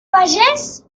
pagès